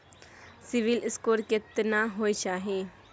CIBIL score केतना होय चाही?